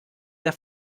der